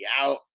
out